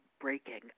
breaking